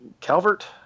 calvert